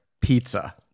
Pizza